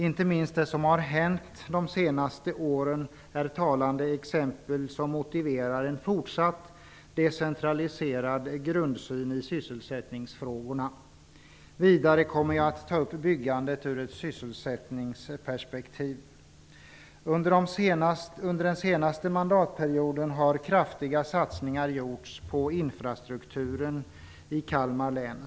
Inte minst det som har hänt de senaste åren är talande exempel som motiverar en fortsatt decentraliserad grundsyn i sysselsättningsfrågorna. Vidare kommer jag att ta upp byggandet ur ett sysselsättningsperspektiv. Under den senaste mandatperioden har kraftiga satsningar gjorts på infrastrukturen i Kalmar län.